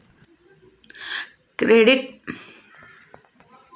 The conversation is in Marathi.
क्रेडिट कार्डद्वारे एखादी महागडी वस्तू सुलभ मासिक परतफेडने घेता येते का?